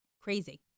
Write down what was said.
crazy